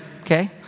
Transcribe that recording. Okay